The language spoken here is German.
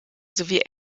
sowie